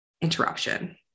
interruption